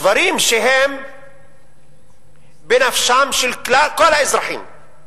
דברים שהם בנפשם של כל האזרחים,